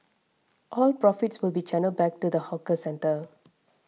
all profits will be channelled back to the hawker centre